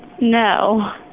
no